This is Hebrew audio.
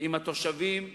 עם התושבים היהודים,